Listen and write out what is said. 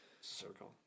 Circle